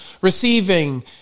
Receiving